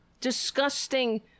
disgusting